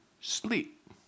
sleep